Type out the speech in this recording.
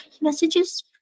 messages